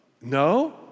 No